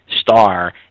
star